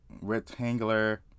rectangular